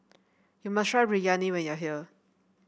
you must try Biryani when you are here